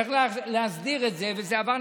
צריך להסביר את זה: זה עבר,